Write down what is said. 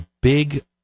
big